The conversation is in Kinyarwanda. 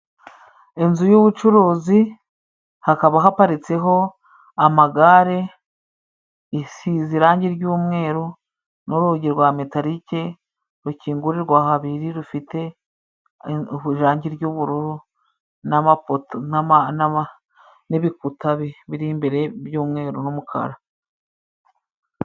Inzu y'ubucuruzi hakaba haparitseho amagare, isize irangi ry'umweru, n'urugi rwa metalike rukingurirwa habiri rufite ubu irangi ry'ubururu n'amapoto n'ibikuta bi biri imbere by'umweru n'umukara.